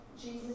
Jesus